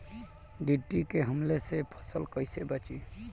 टिड्डी के हमले से फसल कइसे बची?